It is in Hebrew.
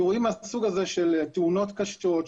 אירועים מהסוג הזה של תאונות קשות,